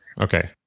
Okay